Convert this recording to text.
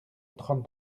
trente